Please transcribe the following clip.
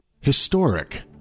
Historic